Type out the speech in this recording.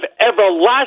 everlasting